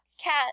cat